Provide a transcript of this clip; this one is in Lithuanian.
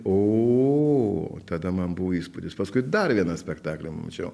o tada man buvo įspūdis paskui dar vieną spektaklį mačiau